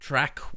track